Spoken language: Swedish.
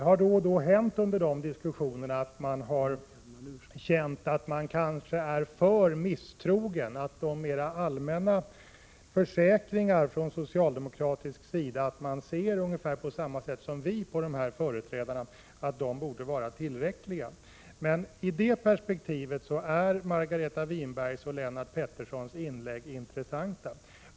Under de diskussionerna har det då och då hänt att vi från folkpartiet frågat oss om vi kanske är för misstrogna och att försäkringarna från socialdemokratisk sida om att man ser ungefär på samma sätt som vi på allmänföreträdarna borde vara tillräckliga. Men i det perspektivet är Margareta Winbergs och Lennart Petterssons inlägg intressanta.